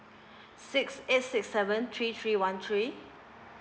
six eight six seven three three one three